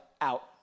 out